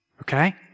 Okay